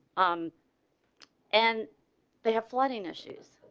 um and they have flooding issues.